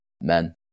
men